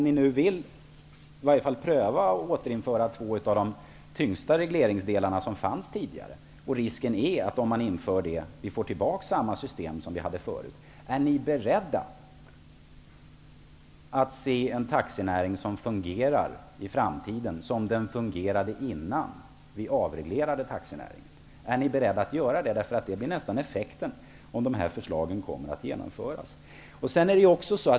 Ni vill i varje fall pröva ett återinförande av två av de tyngsta regleringsdelarna som fanns tidigare. Risken är att man, om dessa införs, får tillbaka samma system som vi hade förut. Är ni beredda att se en taxinäring som i framtiden fungerar som den gjorde innan vi avreglerade den? Är ni beredda att göra det? Detta blir ju nästan effekten, om dessa förslag kommer att genomföras.